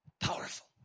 powerful